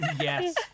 Yes